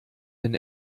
den